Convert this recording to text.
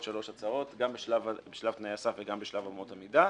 שלוש הצעות גם בשלב תנאי הסף וגם בשלב אמות המידה.